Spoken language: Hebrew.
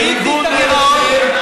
מי הגדיל את הגירעון?